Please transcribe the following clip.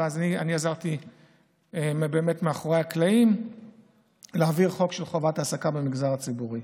אני עזרתי מאחורי הקלעים להעביר חוק של חובת העסקה במגזר הציבורי.